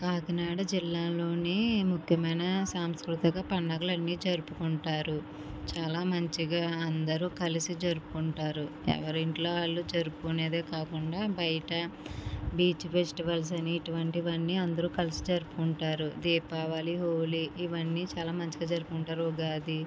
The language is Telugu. కాకినాడ జిల్లాలోని ముఖ్యమైన సాంస్కృతిక పండుగలన్నీ జరుపుకుంటారు చాలా మంచిగా అందరూ కలిసి జరుపుకుంటారు ఎవరి ఇంట్లో వాళ్ళు జరుపుకునేది కాకుండా బయట బీచ్ ఫెస్టివల్స్ అని ఇటువంటివన్నీ అందరూ కలిసి జరుపుకుంటారు దీపావళీ హోలీ ఇవన్నీ చాలా మంచిగా జరుపుకుంటారు ఉగాది